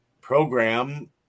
program